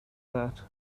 that